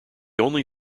only